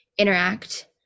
Interact